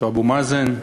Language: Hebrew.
אבו מאזן.